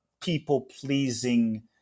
people-pleasing